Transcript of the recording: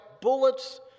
bullets